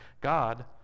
God